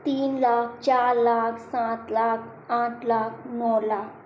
तीन लाख चार लाख सात लाख आठ लाख नौ लाख